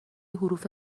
حروف